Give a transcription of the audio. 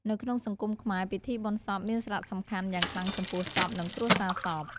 នៅក្នុងសង្គមខ្មែរ ពិធីបុណ្យសពមានសារៈសំខាន់យ៉ាងខ្លាំងចំពោះសព និងគ្រួសារសព។